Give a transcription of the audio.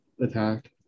attack